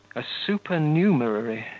a supernumerary,